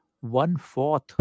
one-fourth